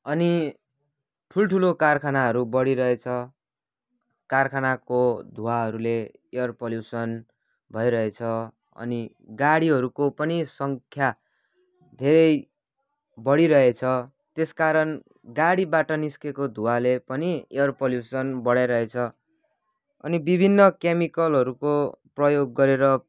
अनि ठुल्ठुलो कारखानाहरू बढिरहेछ कारखानाको धुवाहरूले एयर पल्युसन भइरहेछ अनि गाडीहरूको पनि सङ्ख्या धेरै बढिहरेछ त्यस कारण गाडीबाट निस्किएको धुवाले पनि एयर पल्युसन बढाइरहेछ अनि विभिन्न केमिकलहरूको प्रयोग गरेर